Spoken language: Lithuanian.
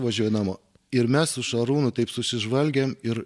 važiuoju namo ir mes su šarūnu taip susižvalgėm ir